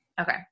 Okay